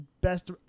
Best